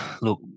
Look